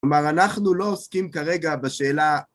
כלומר, אנחנו לא עוסקים כרגע בשאלה...